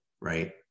right